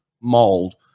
mold